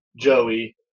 Joey